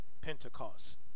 Pentecost